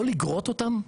לא לגרוט אותן?